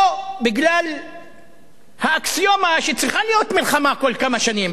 או בגלל האקסיומה שצריכה להיות מלחמה כל כמה שנים,